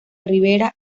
rivera